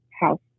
house